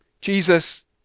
Jesus